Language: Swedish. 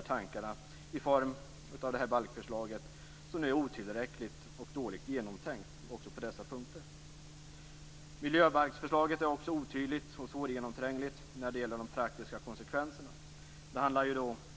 Nu tycker jag att man med balkförslaget, som är otillräckligt och dåligt genomtänkt också på dessa punkter, har förfuskat idén bakom dessa tankar. Miljöbalksförslaget är också otydligt och svårgenomträngligt när det gäller de praktiska konsekvenserna. Det handlar